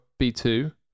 b2